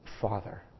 Father